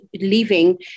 leaving